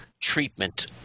treatment